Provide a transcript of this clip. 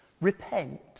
Repent